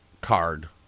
card